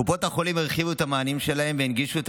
קופות החולים הרחיבו את המענים שלהן והנגישו את